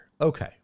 Okay